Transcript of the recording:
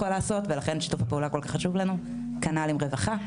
לעשות ולכן שיתופף הפעולה כל כך חשוב לנו וכנ"ל עם רווחה.